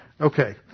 Okay